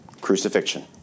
crucifixion